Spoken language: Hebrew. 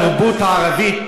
-- זה התרבות הערבית.